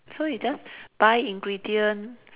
so you just buy ingredient